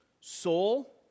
soul